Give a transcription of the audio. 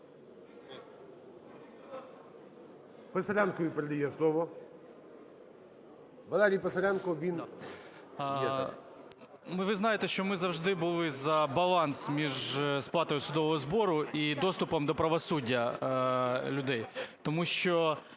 Ви знаєте, що ми завжди були за баланс між сплатою судового збору і доступом до правосуддя людей. Тому що,